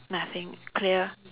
nothing clear